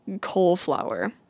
cauliflower